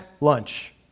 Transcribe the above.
lunch